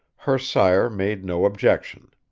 her sire made no objection.